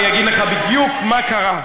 עכשיו אני אגיד לך בדיוק מה קרה.